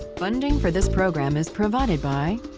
funding for this program is provided by